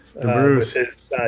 Bruce